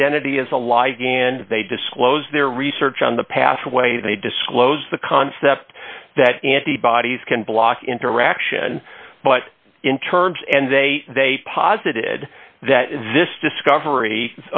identity is alive and they disclose their research on the pathway they disclose the concept that antibodies can block interaction but in terms and they they posited that exist discovery